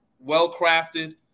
well-crafted